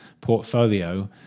portfolio